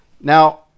Now